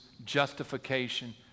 justification